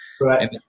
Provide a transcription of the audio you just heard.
Right